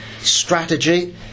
strategy